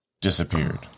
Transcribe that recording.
disappeared